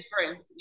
different